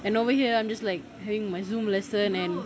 and over here I'm just like having my Zoom lesson and